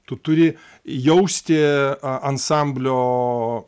tu turi jausti ansamblio